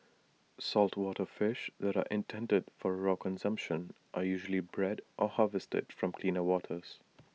saltwater fish that are intended for raw consumption are usually bred or harvested from cleaner waters